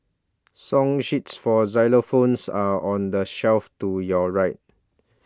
song sheets for xylophones are on the shelf to your right